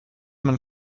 man